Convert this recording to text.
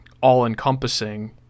all-encompassing